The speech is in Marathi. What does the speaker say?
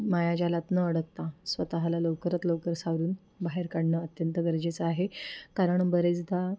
मायाजालात न अडकता स्वतःला लवकरात लवकर सावरून बाहेर काढणं अत्यंत गरजेचं आहे कारण बरेचदा